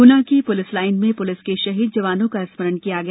गुना की police line में police के शहीद जवानो का स्मरण किया गया